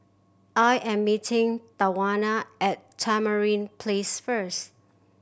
I am meeting Tawanna at Tamarind Place first